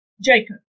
Jacob